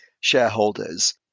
shareholders